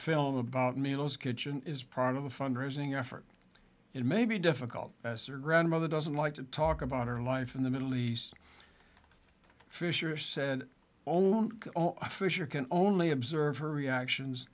film about meals kitchen is part of a fundraising effort it may be difficult as her grandmother doesn't like to talk about her life in the middle east fisher said own officer can only observe her reactions